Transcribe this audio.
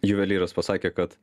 juvelyras pasakė kad